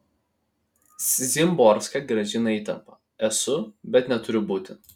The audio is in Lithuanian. szymborska grąžina įtampą esu bet neturiu būti